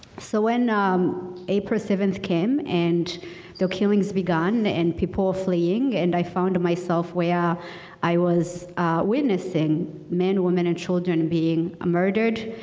so when um april seventh came and the killings begun. and people were fleeing and i found myself where i was witnessing men, women, and children being ah murdered.